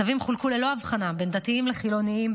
התווים חולקו ללא הבחנה בין דתיים לחילונים,